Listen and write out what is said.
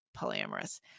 polyamorous